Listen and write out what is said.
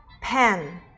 pen